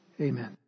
amen